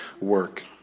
work